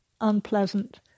unpleasant